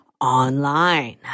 online